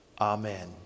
Amen